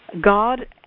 God